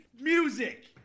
music